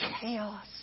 chaos